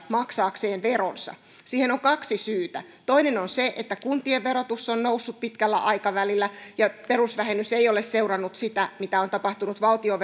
maksaakseen veronsa siihen on kaksi syytä toinen on se että kuntien verotus on noussut pitkällä aikavälillä ja perusvähennys ei ole seurannut sitä mitä on tapahtunut valtion